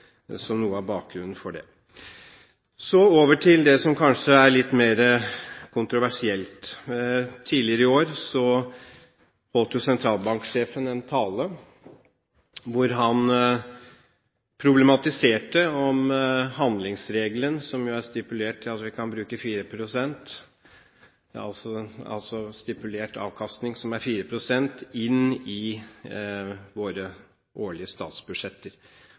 som noe av bakgrunnen for det. Så over til det som kanskje er litt mer kontroversielt. Tidligere i år holdt sentralbanksjefen en tale hvor han problematiserte om handlingsregelen, der det er stipulert at vi kan bruke en avkastning på 4 pst. inn i våre statsbudsjetter.